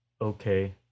Okay